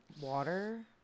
water